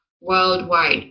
worldwide